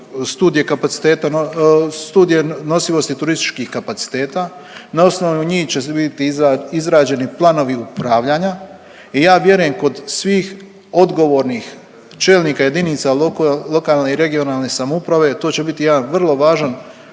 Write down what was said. studije nosivosti turističkih kapaciteta na osnovu njih će bit izrađeni planovi upravljanja i ja vjerujem kod svih odgovornih čelnika jedinica lokalne i regionalne samouprave to će biti jedan vrlo važan